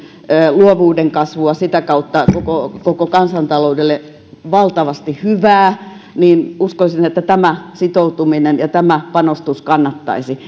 luovuuden kasvua sitä kautta koko koko kansantaloudelle valtavasti hyvää niin uskoisin että tämä sitoutuminen ja tämä panostus kannattaisivat